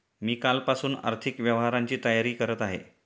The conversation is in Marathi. मी कालपासून आर्थिक व्यवहारांची तयारी करत आहे